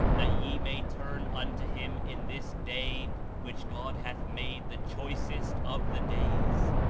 that ye may turn unto him in this day which god hath made the choicest of the days,